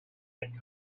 had